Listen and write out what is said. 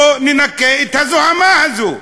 בוא ננקה את הזוהמה הזאת,